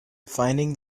finding